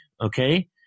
okay